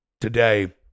today